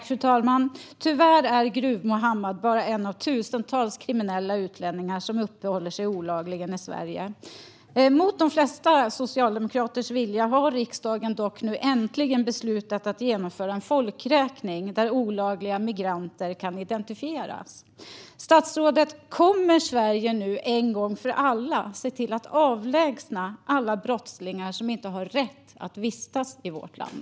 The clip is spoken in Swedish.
Fru talman! Tyvärr är Gruv-Mohamad bara en av tusentals kriminella utlänningar som olagligen uppehåller sig i Sverige. Mot de flesta socialdemokraters vilja har riksdagen dock nu äntligen beslutat att genomföra en folkräkning, där olagliga migranter kan identifieras. Statsrådet! Kommer Sverige nu en gång för alla att se till att avlägsna alla brottslingar som inte har rätt att vistas i vårt land?